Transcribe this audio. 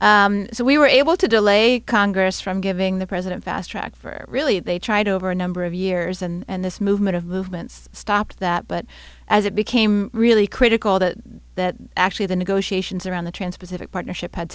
vote so we were able to delay congress from giving the president fast track for really they tried over a number of years and this movement of movements stopped that but as it became really critical that that actually the negotiations around the trans pacific partnership had